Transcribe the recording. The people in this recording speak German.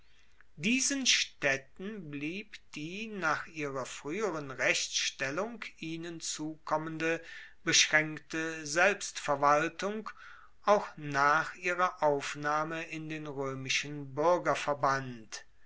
diesen staedten blieb die nach ihrer frueheren rechtsstellung ihnen zukommende beschraenkte selbstverwaltung auch nach ihrer aufnahme in den roemischen